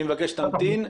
אני מבקש שתמתין.